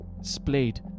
splayed